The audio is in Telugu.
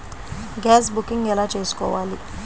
గ్యాస్ బుకింగ్ ఎలా చేసుకోవాలి?